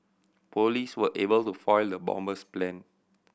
police were able to foil the bomber's plan